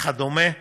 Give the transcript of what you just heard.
וכדומה.